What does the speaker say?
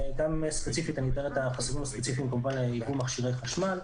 אני אתאר את החסמים הספציפיים על ייבוא מכשירי חשמל.